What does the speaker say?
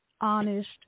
honest